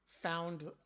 found